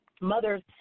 mothers